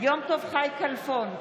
יום טוב חי כלפון,